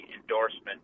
endorsement